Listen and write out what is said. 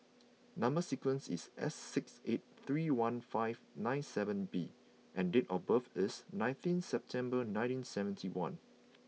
number sequence is S six eight three one five nine seven B and date of birth is nineteenth September nineteen seventy one